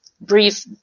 brief